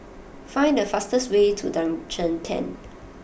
find the fastest way to Junction ten